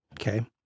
Okay